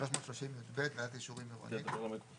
סעיף 330יב - ועדת אישורים עירונית: ועדת אישורים עירונית